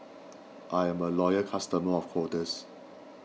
I am a loyal customer of Kordel's